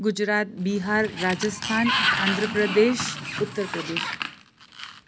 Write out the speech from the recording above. Gujarat Bihar Rajasthan Andhra Pradesh Uttar Pradesh